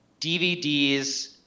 DVDs